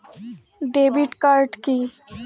Debit card key?